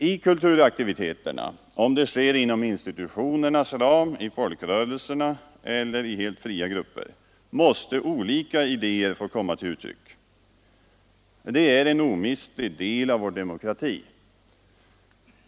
I kulturaktiviteterna, om de sker inom institutionernas ram, i folkrörelserna eller i helt fria grupper, måste olika idéer få komma till uttryck. Det är en omistlig del av vår demokrati.